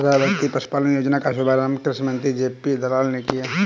प्रधानमंत्री पशुपालन योजना का शुभारंभ कृषि मंत्री जे.पी दलाल ने किया